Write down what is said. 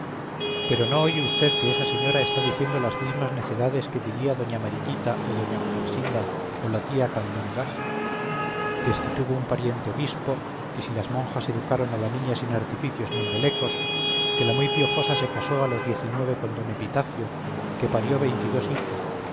pero no oye vd que esa señora está diciendo las mismas necedades que diría doña mariquita o doña gumersinda o la tía candungas que si tuvo un pariente obispo que si las monjas educaron a la niña sin artificios ni embelecos que la muy piojosa se casó a los con d epitafio que parió veintidós hijos